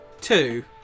Two